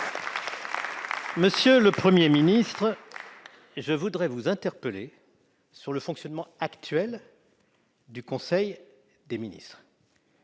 Monsieur le Premier ministre, je veux vous interpeller sur le fonctionnement actuel du conseil des ministres.